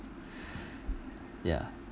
ya